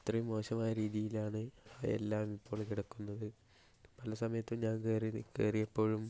ഇത്രയും മോശമായ രീതിയിലാണ് എല്ലാം ഇപ്പോഴും കിടക്കുന്നത് പല സമയത്തും ഞാൻ കയറി കയറിയപ്പോഴും